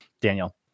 Daniel